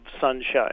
sunshine